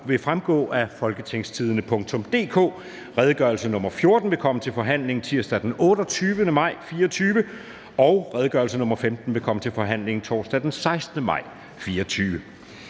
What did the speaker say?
vil fremgå af www.folketingstidende.dk. Redegørelse nr. R 14 vil komme til forhandling tirsdag den 28. maj 2024, og redegørelse nr. R 15 vil komme til forhandling torsdag den 16. maj 2024.